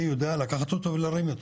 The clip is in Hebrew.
אני יודע לקחת אותו ולהרים אותו,